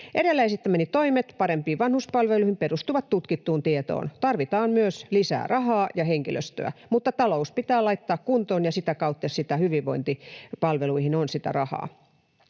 Edellä esittämäni toimet parempiin vanhuspalveluihin perustuvat tutkittuun tietoon. Tarvitaan myös lisää rahaa ja henkilöstöä, mutta talous pitää laittaa kuntoon, ja sitä kautta hyvinvointipalveluihin on sitä rahaa.